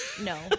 No